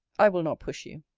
i will not push you.